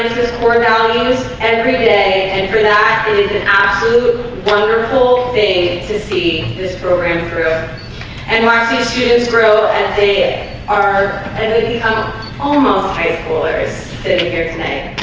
his core values every day and for that it is an absolute wonderful thing to see this program through and like so students grow and they are and we become almost face boilers here tonight